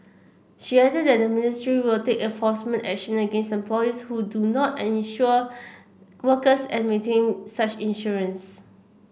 she added that the ministry will take enforcement action against employees who do not and insure workers and maintain such insurance